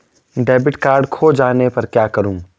Debit card खो जाने पर क्या करूँ?